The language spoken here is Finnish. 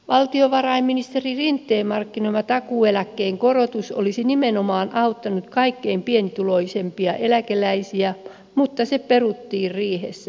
valtiovarainministeri rinteen markkinoima takuueläkkeen korotus olisi nimenomaan auttanut kaikkein pienituloisimpia eläkeläisiä mutta se peruttiin riihessä